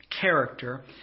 character